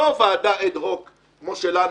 לא ועדה אד-הוק כמו שלנו,